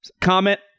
comment